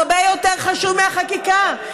הרבה יותר חשוב מהחקיקה.